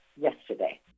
yesterday